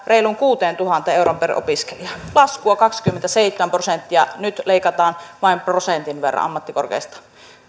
reiluun kuuteentuhanteen euroon per opiskelija laskua kaksikymmentäseitsemän prosenttia nyt leikataan vain prosentin verran ammattikorkeista